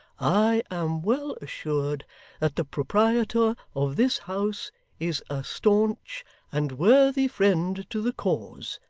i am well assured that the proprietor of this house is a staunch and worthy friend to the cause.